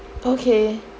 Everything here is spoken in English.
okay